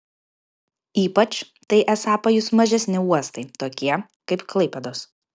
ypač tai esą pajus mažesni uostai tokie kaip klaipėdos